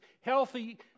healthy